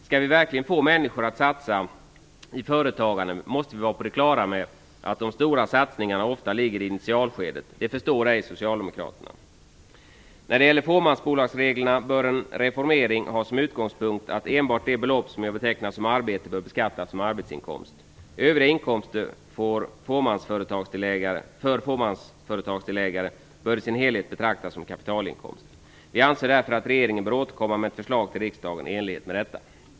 Skall vi verkligen få människor att satsa i företagande måste vi vara på det klara med att de stora satsningarna ofta ligger i initialskedet. Det förstår ej socialdemokraterna. När det gäller fåmansbolagsreglerna bör en reformering ha som utgångspunkt att enbart den inkomst som är att beteckna som arbete bör beskattas som arbetsinkomst. Övriga inkomster för fåmansföretagsdelägare bör i sin helhet betraktas som kapitalinkomst. Vi anser därför att regeringen bör återkomma med ett förslag till riksdagen i enlighet med detta.